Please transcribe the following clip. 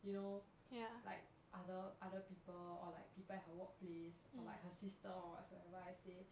you know ya like other other people or like people at her workplace like her sister or whatsoever I say